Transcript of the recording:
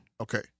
Okay